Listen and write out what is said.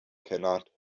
cannot